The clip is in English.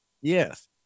yes